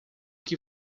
que